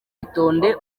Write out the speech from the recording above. itonde